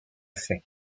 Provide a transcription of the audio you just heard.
fait